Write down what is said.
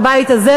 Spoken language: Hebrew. בבית הזה,